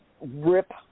rip